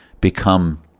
become